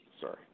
Sorry